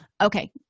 Okay